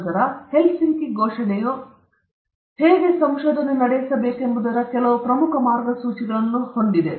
ನಂತರ ಹೆಲ್ಸಿಂಕಿ ಘೋಷಣೆಯು ಹೇಗೆ ಸಂಶೋಧನೆ ನಡೆಸಬೇಕೆಂಬುದರ ಕೆಲವು ಪ್ರಮುಖ ಮಾರ್ಗಸೂಚಿಗಳನ್ನು ಹೊಂದಿದೆ